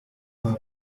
have